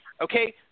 Okay